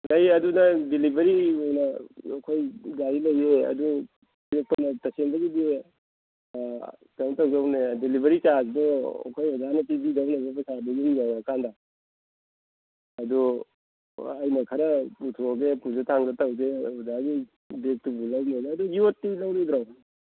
ꯌꯥꯏ ꯑꯗꯨꯅ ꯗꯤꯂꯤꯚꯔꯤ ꯑꯣꯏꯅ ꯑꯩꯈꯣꯏ ꯒꯥꯔꯤ ꯂꯩꯌꯦ ꯑꯗꯨ ꯇꯁꯦꯡꯕꯒꯤꯗꯤ ꯀꯩꯅꯣ ꯇꯧꯗꯧꯅꯦ ꯗꯤꯂꯤꯚꯔꯤ ꯆꯥꯔꯖꯇꯣ ꯑꯩꯈꯣꯏ ꯑꯣꯖꯥꯅ ꯄꯤꯕꯤꯗꯧꯅꯦꯕ ꯄꯩꯁꯥꯗꯣ ꯌꯨꯝ ꯌꯧꯔꯀꯥꯟꯗ ꯑꯗꯨ ꯑꯩꯅ ꯈꯔ ꯄꯨꯊꯣꯛꯑꯒꯦ ꯑꯣꯖꯥꯒꯤ ꯕꯦꯒꯇꯨꯕꯨ ꯂꯧꯅꯦꯅ ꯑꯗꯨ ꯌꯣꯠꯇꯤ ꯂꯧꯔꯣꯏꯗ꯭ꯔꯣ